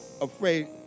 afraid